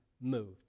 moved